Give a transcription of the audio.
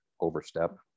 overstep